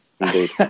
Indeed